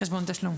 בחשבון תשלום.